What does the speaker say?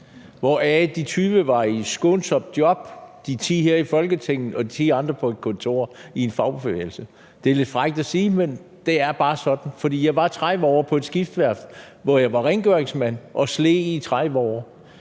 hvoraf de 20 år var i skånsomme job: de 10 år her i Folketinget og de andre 10 år på et kontor i en fagbevægelse. Det er lidt frækt at sige, men det er bare sådan, for jeg var 30 år på et skibsværft, hvor jeg var rengøringsmand og sled i 30 år.